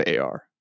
AR